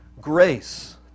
grace